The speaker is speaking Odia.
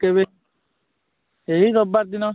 କେବେ ଏହି ରବିବାର ଦିନ